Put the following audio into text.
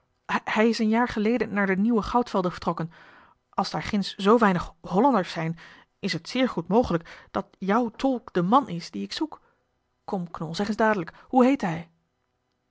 hij is een jaar geleden naar de nieuwe goudvelden vertrokken als daar ginds zoo weinig hollanders zijn is het zeer goed mogelijk dat jouw tolk de man is dien ik zoek kom knol zeg eens dadelijk hoe heette hij